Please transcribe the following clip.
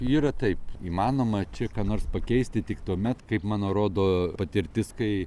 yra taip įmanoma čia ką nors pakeisti tik tuomet kaip mano rodo patirtis kai